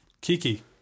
Kiki